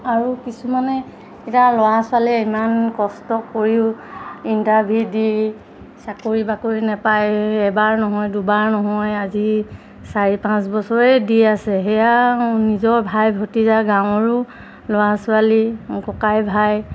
আৰু কিছুমানে এতিয়া ল'ৰা ছোৱালীয়ে ইমান কষ্ট কৰিও ইণ্টাৰভিউ দি চাকৰি বাকৰি নাপায় এবাৰ নহয় দুবাৰ নহয় আজি চাৰি পাঁচ বছৰে দি আছে সেয়া নিজৰ ভাই ভটিজা গাঁৱৰো ল'ৰা ছোৱালী ককাই ভাই